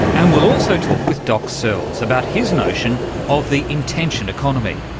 and we'll also talk with doc searls about his notion of the intention economy.